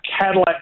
Cadillac